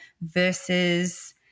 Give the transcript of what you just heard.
versus